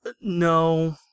No